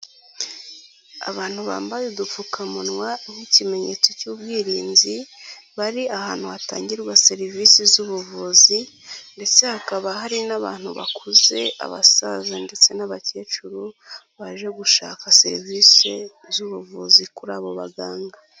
Abantu bambaye udupfukamunwa nk'ikimenyetso cy'ubwirinzi bari ahantu hatangirwa serivisi z'ubuvuzi ndetse hakaba hari n'abantu bakuze abasaza ndetse n'abakecuru baje gushaka serivisi z'ubuvuzi kuri abo baganga.